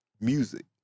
music